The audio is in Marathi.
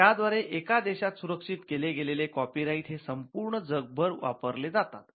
ज्या द्वारे एका देशात सुरक्षित केले गेलेले कॉपीराईट हे संपूर्ण जगभर वापरले जातात